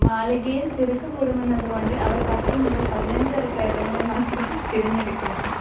മാളികയിൽ തിരക്കുകൂടുമെന്നതുകൊണ്ട് അവർ പത്ത് മുതൽ പതിനഞ്ച് വരെ പ്രേതങ്ങളെ മാത്രം തിരഞ്ഞെടുക്കുന്നു